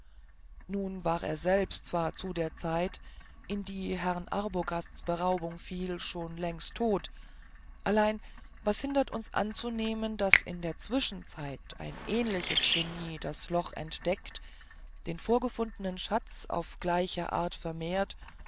nun war er selbst zwar zu der zeit in die herrn arbogasts beraubung fiele schon längst tot allein was hindert uns anzunehmen daß in der zwischenzeit ein ähnliches genie das loch entdeckt den vorgefundenen schatz auf gleiche art vermehrt